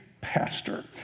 pastor